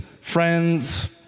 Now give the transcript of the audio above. friends